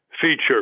feature